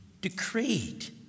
decreed